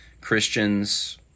Christians